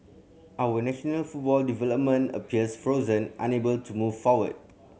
our national football development appears frozen unable to move forward